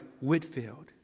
Whitfield